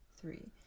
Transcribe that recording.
Three